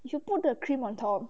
if you put the cream on top